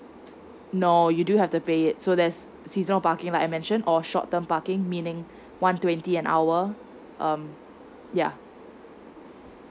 no you do have to pay it so there's seasonal parking like I mention or short term parking meaning one twenty an hour um yeah